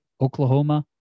Oklahoma